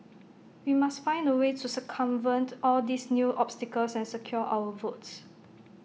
we must find A way to circumvent all these new obstacles and secure our votes